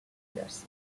jersey